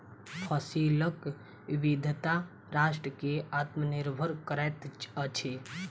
फसिलक विविधता राष्ट्र के आत्मनिर्भर करैत अछि